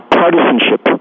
partisanship